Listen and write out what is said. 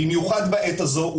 במיוחד בעת הזו,